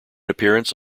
appearance